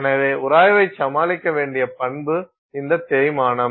எனவே உராய்வைச் சமாளிக்க வேண்டிய பண்பு இந்த தேய்மானம்